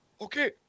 Okay